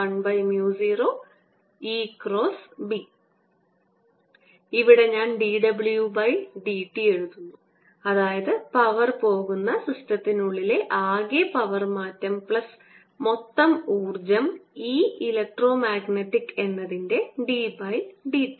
10 ഇവിടെ ഞാൻ dw dt എഴുതുന്നു അതായത് പവർ പോകുന്ന സിസ്റ്റത്തിനുള്ളിലെ ആകെ പവർ മാറ്റം പ്ലസ് മൊത്തം ഊർജ്ജം E ഇലക്ട്രോ മാഗ്നറ്റിക് എന്നതിൻറെ d by dt